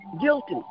guilty